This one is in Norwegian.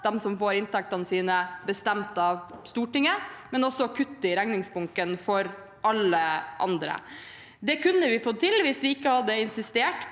dem som får inntektene sine bestemt av Stortinget, med økte inntekter og kuttet i regningsbunken for alle andre. Det kunne vi fått til hvis vi ikke hadde insistert